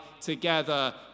together